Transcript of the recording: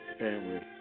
family